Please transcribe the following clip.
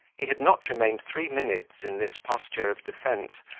he had not remained three minutes in this posture of defence,